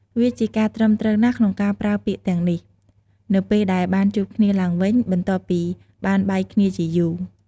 វាជាការត្រឹមត្រូវណាស់ ក្នុងការប្រើពាក្យទាំងអស់នេះ នៅពេលដែលបានជួបគ្នាឡើងវិញ បន្ទាប់ពីបានបែកគ្នាជាយូរ។